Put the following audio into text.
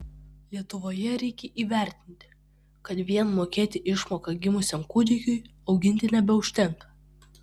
lietuvoje reikia įvertinti kad vien mokėti išmoką gimusiam kūdikiui auginti nebeužtenka